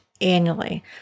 annually